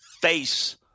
face